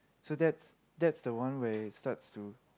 so that's that's the one where it starts to